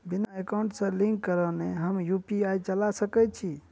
बिना एकाउंट सँ लिंक करौने हम यु.पी.आई चला सकैत छी?